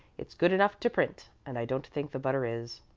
it's good enough to print, and i don't think the butter is.